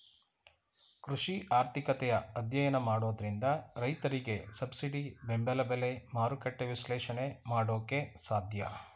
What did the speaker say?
ಕೃಷಿ ಆರ್ಥಿಕತೆಯ ಅಧ್ಯಯನ ಮಾಡೋದ್ರಿಂದ ರೈತರಿಗೆ ಸಬ್ಸಿಡಿ ಬೆಂಬಲ ಬೆಲೆ, ಮಾರುಕಟ್ಟೆ ವಿಶ್ಲೇಷಣೆ ಮಾಡೋಕೆ ಸಾಧ್ಯ